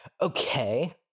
Okay